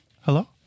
Hello